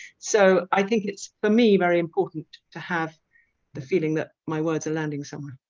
so i think it's for me, very important to have the feeling that my words are landing somewhere.